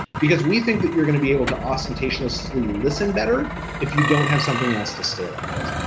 because we think that you're gonna be able to ostentatiously listen better if you don't have something else to stare at.